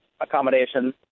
accommodation